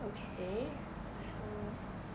okay so